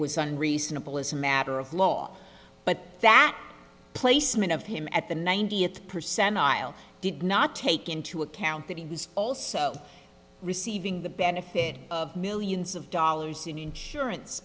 was on reasonable as a matter of law but that placement of him at the ninetieth percentile did not take into account that he was also receiving the benefit of millions of dollars in insurance